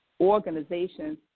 organizations